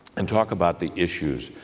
and talk about the issues,